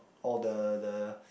all the the